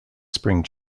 spring